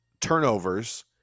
turnovers